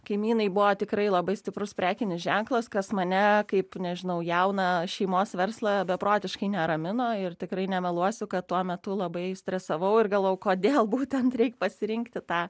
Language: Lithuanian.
kaimynai buvo tikrai labai stiprus prekinis ženklas kas mane kaip nežinau jauną šeimos verslą beprotiškai neramino ir tikrai nemeluosiu kad tuo metu labai stresavau ir galvojau kodėl būtent reik pasirinkti tą